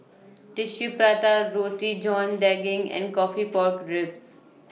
Tissue Prata Roti John Daging and Coffee Pork Ribs